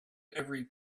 every